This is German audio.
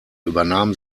übernahm